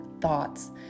thoughts